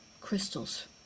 crystals